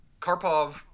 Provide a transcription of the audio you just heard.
Karpov